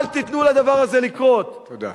אל תיתנו לדבר הזה לקרות, תודה.